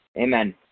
Amen